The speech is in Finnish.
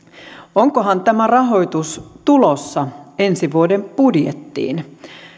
onkohan tämä rahoitus tulossa ensi vuoden budjettiin